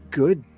good